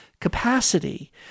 capacity